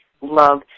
love